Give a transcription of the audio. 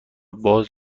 باز